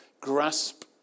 grasp